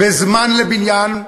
בזמן שלוקח בניין,